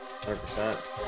100%